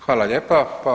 Hvala lijepa.